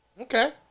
Okay